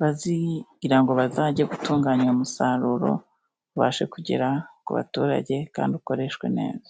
bazigira ngo bazajye gutunganya uwo musaruro, ubashe kugera ku baturage kandi ukoreshwe neza.